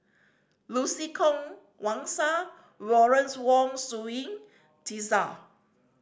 Lucy Koh Wang Sha Lawrence Wong Shyun Tsai